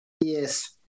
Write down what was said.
Yes